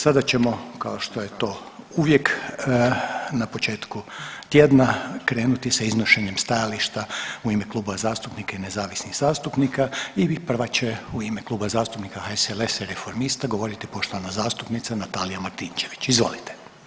Sada ćemo, kao što je to uvijek na početku tjedna, krenuti sa iznošenjem stajališta u ime klubova zastupnika i nezavisnih zastupnika i prva će u ime Kluba zastupnika HSLS-a i reformista govoriti poštovana zastupnica Natalija Martinčević, izvolite.